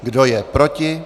Kdo je proti?